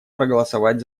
проголосовать